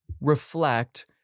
reflect